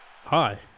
Hi